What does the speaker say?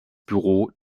büro